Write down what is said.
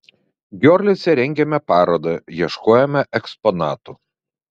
giorlice rengėme parodą ieškojome eksponatų